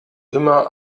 immer